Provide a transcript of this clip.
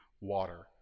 water